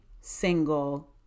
single